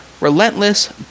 relentless